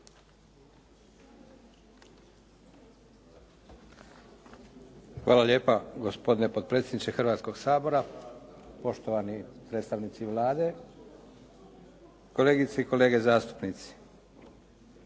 Hvala lijepa gospodine potpredsjedniče Hrvatskog sabora, poštovani predstavnici Vlade, kolegice i kolege zastupnici.